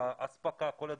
אספקה וכולי.